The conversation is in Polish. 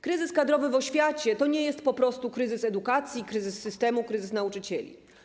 Kryzys kadrowy w oświacie nie jest po prostu kryzysem edukacji, kryzysem systemu, kryzysem nauczycieli.